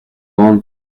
grandes